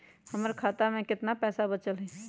हमर खाता में केतना पैसा बचल हई?